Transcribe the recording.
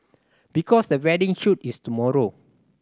because the wedding shoot is tomorrow